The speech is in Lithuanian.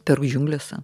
peru džiunglėse